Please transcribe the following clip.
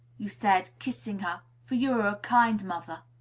you said, kissing her, for you are a kind mother,